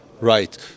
Right